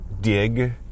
dig